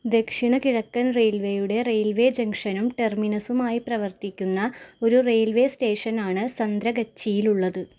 ദക്ഷിണ കിഴക്കൻ റെയിൽവേയുടെ റെയിൽവേ ജങ്ഷനും ടെർമിനസുമായി പ്രവർത്തിക്കുന്ന ഒരു റെയിൽവേ സ്റ്റേഷൻ ആണ് സന്ത്രഗച്ചിയിൽ ഉള്ളത്